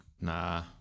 Nah